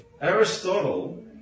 Aristotle